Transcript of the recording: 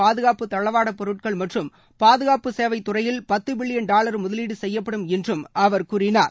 பாதுகாப்பு தளவாட பொருட்கள் மற்றும் பாதுகாப்பு சேவை துறையில் பத்து பில்லியன் டாவர் முதலீடு செய்யப்படும் என்றும் அவர் கூறினார்